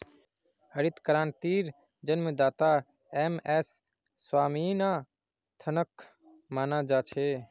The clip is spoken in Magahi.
हरित क्रांतिर जन्मदाता एम.एस स्वामीनाथनक माना जा छे